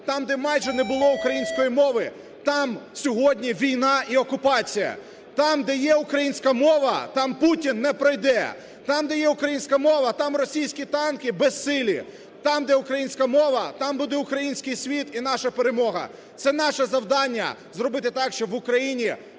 там, де майже не було української мови, там сьогодні війна і окупація. Там, де є українська мова, там Путін не пройде. Там, де є українська мова, там російські танки безсилі. Там, де українська мова, там буде український світ і наша перемога. Це наше завдання – зробити так, щоб в Україні